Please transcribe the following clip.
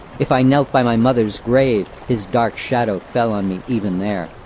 if i knelt by my mother's grave, his dark shadow fell on me even there.